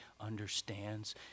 understands